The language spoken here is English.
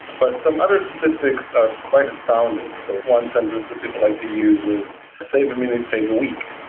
but some other statistics are quite astounding. so one sentence that people like to use is save a minute, save a week.